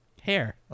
hair